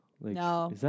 No